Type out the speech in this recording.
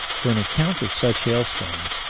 for an account of such hailstones,